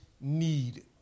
need